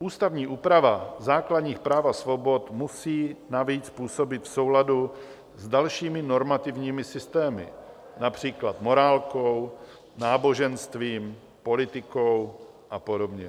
Ústavní úprava základních práv a svobod musí navíc působit v souladu s dalšími normativními systémy, například morálkou, náboženstvím, politikou a podobně.